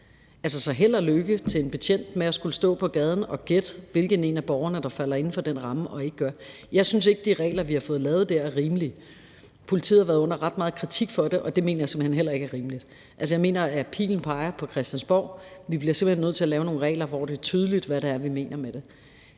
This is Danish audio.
held og lykke til den betjent, der skal stå på gaden og gætte, hvilken en af borgerne der falder inden for den ramme, og hvilken der ikke gør. Jeg synes ikke, at de regler, vi har fået lavet der, er rimelige. Politiet har været under ret meget kritik for det, og det mener jeg simpelt hen heller ikke er rimeligt. Altså, jeg mener, at pilen peger på Christiansborg. Vi bliver simpelt hen nødt til at lave nogle regler, hvor det er tydeligt, hvad det er, vi mener med det.